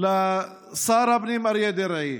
מכאן לשר הפנים אריה דרעי,